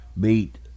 beat